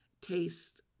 taste